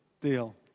deal